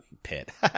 pit